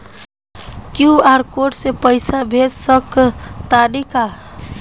QR code से पईसा भेज सक तानी का?